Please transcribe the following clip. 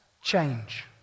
change